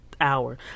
hour